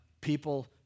people